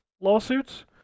lawsuits